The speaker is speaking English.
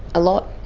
a lot.